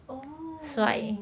oh